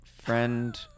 Friend